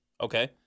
Okay